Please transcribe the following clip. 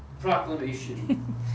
proclamation